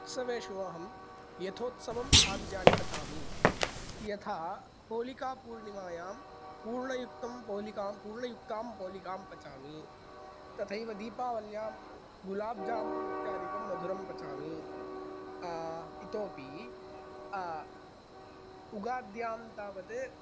उत्सवेषु अहं यथोत्सवं खाद्यानि पचामि यथा होलिकापूर्णिमायां पूर्णयुक्तं पोलिकां पूर्णायुक्तां पोलिकां पचामि तथैव दीपावल्यां गुलाब्जामुन् इत्यादिकं मधुरं पचामि इतोऽपि उगाद्यां तावत्